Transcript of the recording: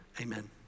Amen